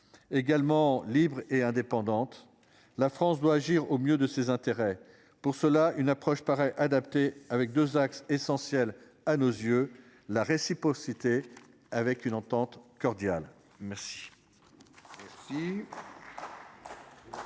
également libre et indépendante. La France doit agir au mieux de ses intérêts pour cela une approche paraît adapté avec 2 axes essentiels à nos yeux la réciprocité avec une entente cordiale. Merci.